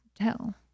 tell